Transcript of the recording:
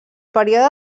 període